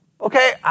Okay